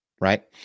Right